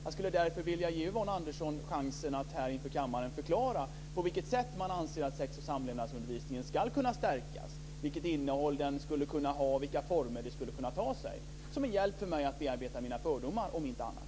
Jag skulle därför vilja ge Yvonne Andersson chansen att här inför kammaren förklara på vilket sätt man anser att sex och samlevnadsundervisningen ska kunna stärkas, vilket innehåll den skulle kunna ha och vilka former den skulle kunna ta sig. Det skulle vara en hjälp för mig att bearbeta mina fördomar, om inte annat.